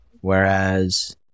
Whereas